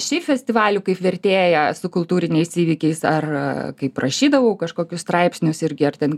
šiaip festivalių kaip vertėja su kultūriniais įvykiais ar kaip rašydavau kažkokius straipsnius irgi ar ten